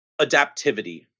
adaptivity